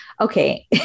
okay